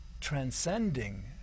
transcending